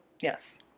Yes